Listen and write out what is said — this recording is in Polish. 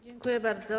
Dziękuję bardzo.